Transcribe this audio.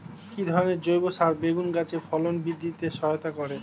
কি ধরনের জৈব সার বেগুন গাছে ফলন বৃদ্ধিতে সহায়তা করে?